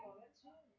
it's up